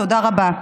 תודה רבה.